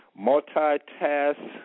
multitask